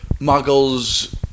Muggles